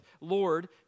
Lord